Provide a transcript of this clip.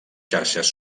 xarxes